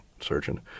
surgeon